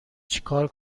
چیکار